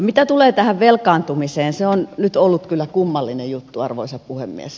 mitä tulee tähän velkaantumiseen se on nyt ollut kyllä kummallinen juttu arvoisa puhemies